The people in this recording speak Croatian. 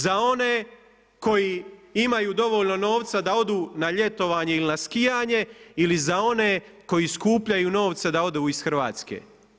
Za one koji imaju dovoljno novca da odu na ljetovanje ili na skijanje ili za one koji skupljaju novce da odu iz Hrvatske?